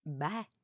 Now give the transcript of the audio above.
Bye